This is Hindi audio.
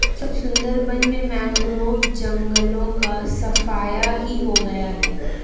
सुंदरबन में मैंग्रोव जंगलों का सफाया ही हो गया है